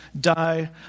die